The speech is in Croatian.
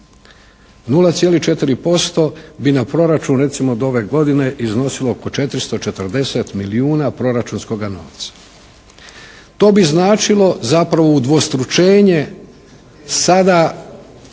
0,4% bi na proračun recimo od ove godine iznosilo oko 440 milijuna proračunskoga novca. To bi značilo zapravo udvostručenje sada